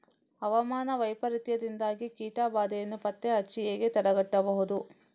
ಹವಾಮಾನ ವೈಪರೀತ್ಯದಿಂದಾಗಿ ಕೀಟ ಬಾಧೆಯನ್ನು ಪತ್ತೆ ಹಚ್ಚಿ ಹೇಗೆ ತಡೆಗಟ್ಟಬಹುದು?